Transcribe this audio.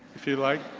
if you like